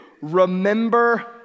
Remember